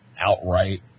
Outright